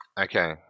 Okay